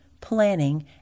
planning